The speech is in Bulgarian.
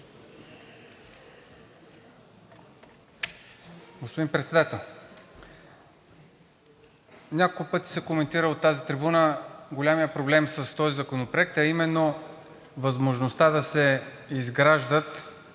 Господин Председател, няколко пъти се коментира от тази трибуна големият проблем с този законопроект, а именно възможността да се изграждат